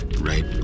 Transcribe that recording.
right